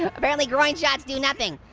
apparently groin shots do nothing.